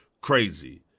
crazy